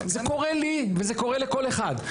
זה קורה לי, וזה קורה לכל אחד.